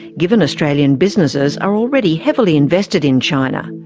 given australian businesses are already heavily invested in china.